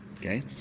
okay